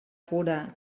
pura